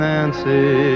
Nancy